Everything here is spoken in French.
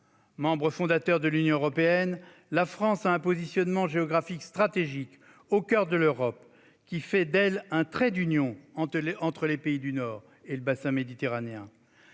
Membre fondateur de l'Union européenne, la France a un positionnement géographique stratégique, au coeur de l'Europe, qui fait d'elle un trait d'union entre les pays du Nord et le bassin méditerranéen.